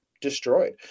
destroyed